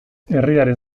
herriaren